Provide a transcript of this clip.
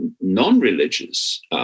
non-religious